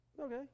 Okay